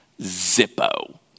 Zippo